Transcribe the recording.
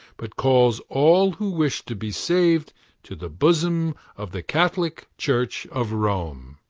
but calls all who wish to be saved to the bosom of the catholic church of rome,